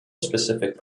specific